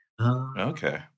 Okay